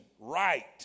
Right